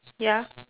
ya